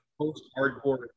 Post-hardcore